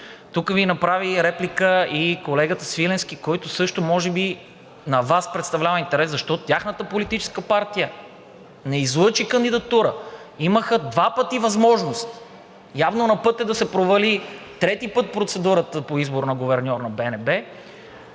Тук Ви направи реплика и колегата Свиленски, който също може би за Вас представлява интерес, защо тяхната политическа партия не излъчи кандидатура, имаха два пъти възможност. Явно на път е да се провали трети път процедурата по избор на гуверньор на БНБ.